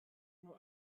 nur